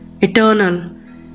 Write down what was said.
eternal